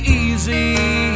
easy